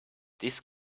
this